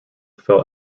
fell